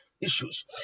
issues